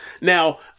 Now